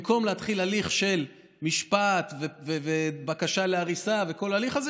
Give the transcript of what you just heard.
במקום להתחיל הליך של משפט ובקשה להריסה וכל ההליך הזה,